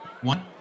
One